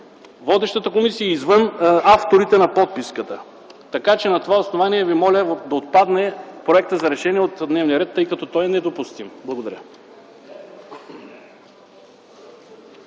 водещата комисия, извън авторите на подписката, така че на това основание Ви моля да отпадне Проекта за решение от дневния ред, тъй като той е недопустим. Благодаря.